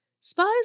Spies